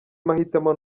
mahitamo